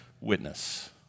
witness